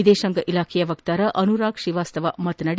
ವಿದೇಶಾಂಗ ಇಲಾಖೆಯ ವಕ್ತಾರ ಅನುರಾಗ್ ಶ್ರೀವಾಕ್ಸವ್ ಮಾತನಾಡಿ